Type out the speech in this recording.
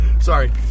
Sorry